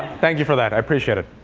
thank you for that. i appreciate it.